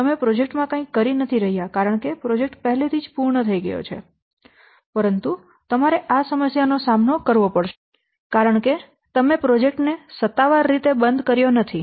તમે પ્રોજેક્ટ માં કંઇ કરી રહ્યાં નથી કારણ કે પ્રોજેક્ટ પહેલેથી જ પૂર્ણ થઈ ગયો છે પરંતુ તમારે આ સમસ્યા નો સામનો કરવો પડશે કારણ કે તમે પ્રોજેક્ટ ને સત્તાવાર રીતે બંધ કર્યો નથી